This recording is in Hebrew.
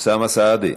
אוסאמה סעדי,